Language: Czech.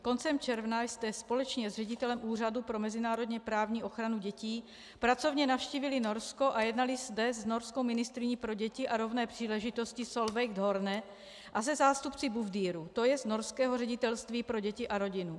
Koncem června jste společně s ředitelem Úřadu pro mezinárodněprávní ochranu dětí pracovně navštívili Norsko a jednali zde s norskou ministryní pro děti a rovné příležitosti Solveig Horne a se zástupci Bufdiru, to jest norského ředitelství pro děti a rodinu.